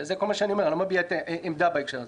זה כל מה שאני אומר, אני לא מביע עמדה בהקשר הזה.